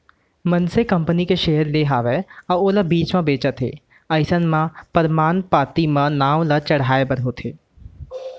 मनसे कंपनी के सेयर ले हवय अउ ओला बीच म बेंचना हे अइसन म परमान पाती म नांव ल चढ़हाय बर होथे